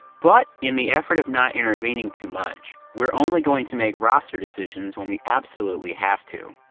but in the effort of not intervening too much, we're only going to make roster decisions when we absolutely have to.